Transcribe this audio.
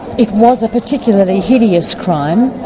it was a particularly hideous crime,